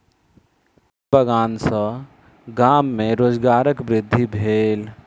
चाय बगान सॅ गाम में रोजगारक वृद्धि भेल